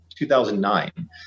2009